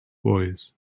boys